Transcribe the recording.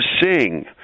sing